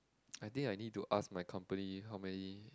I think I need to ask my company how many